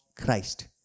Christ